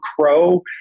Crow